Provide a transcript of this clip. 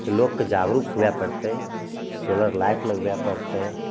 तऽ लोकके जागरुक हुए पड़तै सोलर लाइट लगबए पड़तै